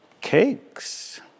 cakes